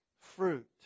fruit